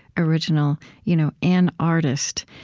original you know an artist.